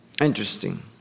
Interesting